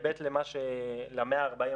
אני